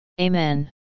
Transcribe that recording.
Amen